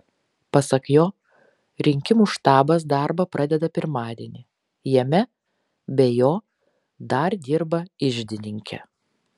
pasak jo rinkimų štabas darbą pradeda pirmadienį jame be jo dar dirba iždininkė